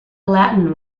latin